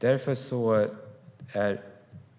Därför är